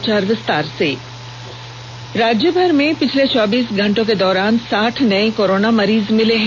Jharkhand corona राज्यभर में पिछले चौबीस घंटे के दौरान साठ नए कोरोना मरीज मिले हैं